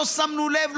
לא שמנו לב,